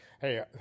hey